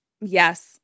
Yes